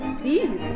please